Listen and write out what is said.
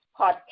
podcast